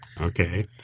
Okay